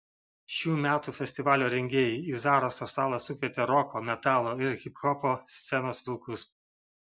šių metų festivalio rengėjai į zaraso salą sukvietė roko metalo ir hiphopo scenos vilkus